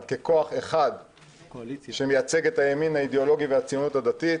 ככוח אחד שמייצג את הימין האידיאולוגי ואת הציונות הדתית,